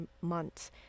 months